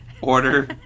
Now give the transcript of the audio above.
Order